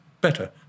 better